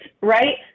right